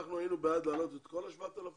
אנחנו היינו בעד להעלות את כל ה-7,000,